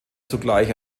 zugleich